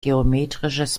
geometrisches